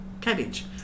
cabbage